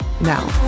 now